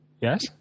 Yes